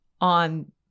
on